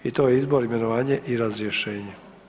I to Izbor, imenovanje i razrješenje.